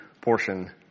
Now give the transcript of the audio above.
portion